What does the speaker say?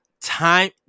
time